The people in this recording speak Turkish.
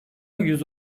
yüz